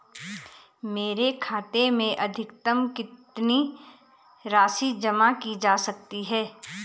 मेरे खाते में अधिकतम कितनी राशि जमा की जा सकती है?